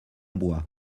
bois